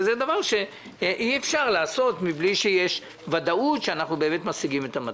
זה דבר שאי אפשר לעשות מבלי שיש ודאות שאנחנו באמת משיגים את המטרה.